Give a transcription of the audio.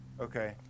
Okay